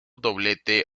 doblete